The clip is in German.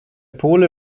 pole